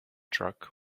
truck